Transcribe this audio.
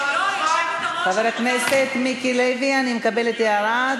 חבר הכנסת מיקי לוי, אני מקבלת את ההערה.